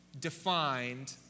defined